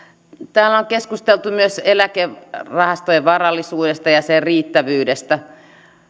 täällä on keskusteltu myös eläkerahastojen varallisuudesta ja niiden riittävyydestä